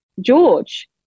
George